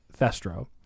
Thestro